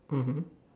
mmhmm